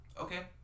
Okay